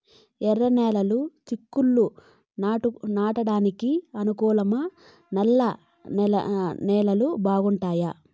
ఎర్రనేలలు చిక్కుళ్లు నాటడానికి అనుకూలమా నల్ల నేలలు బాగుంటాయా